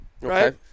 right